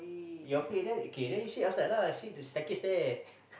you're afraid then kay then you sit outside lah sit the staircase there